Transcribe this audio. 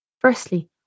Firstly